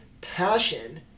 passion